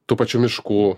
tų pačių miškų